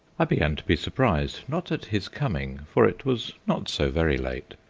i began to be surprised, not at his coming, for it was not so very late,